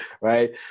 right